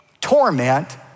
torment